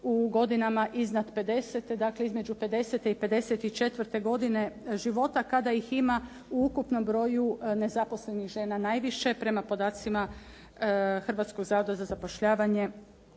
50, dakle između 50 i 54 godine života kada ih ima u ukupnom broju nezaposlenih žena najviše prema podacima Hrvatskog zavoda za zapošljavanje,